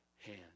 hand